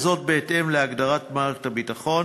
בהתאם להגדרת מערכת הביטחון,